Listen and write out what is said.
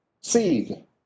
seed